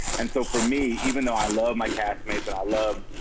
and so for me, even though i love my castmates but i love,